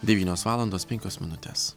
devynios valandos penkios minutės